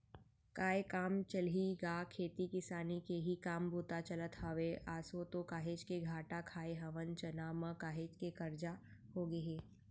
काय काम चलही गा खेती किसानी के ही काम बूता चलत हवय, आसो तो काहेच के घाटा खाय हवन चना म, काहेच के करजा होगे हे